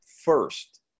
first